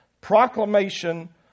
proclamation